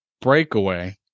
breakaway